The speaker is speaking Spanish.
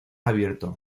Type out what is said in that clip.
abierto